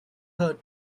third